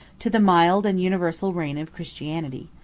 to the mild and universal reign of christianity.